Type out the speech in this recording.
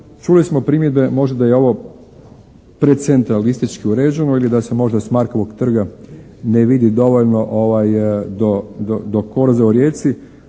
Čuli smo primjedbe. Možda da je ovo precentralistički režim. Ili da se možda s Markova trga ne vidi dovoljno do korza u Rijeci.